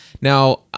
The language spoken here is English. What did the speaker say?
Now